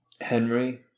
Henry